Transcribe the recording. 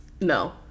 no